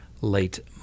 late